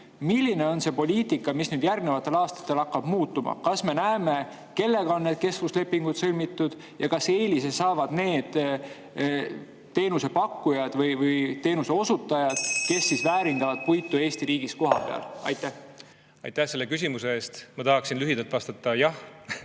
Milline on see poliitika, mis nüüd järgnevatel aastatel hakkab muutuma? Kas me näeme, kellega on need kestvuslepingud sõlmitud ja kas eelise saavad need teenusepakkujad või teenuseosutajad (Juhataja helistab kella.), kes väärindavad puitu Eesti riigis kohapeal? Aitäh selle küsimuse eest! Ma tahaksin lühidalt vastata jah.